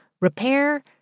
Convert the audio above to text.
repair